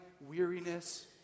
weariness